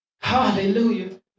Hallelujah